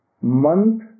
month